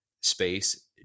space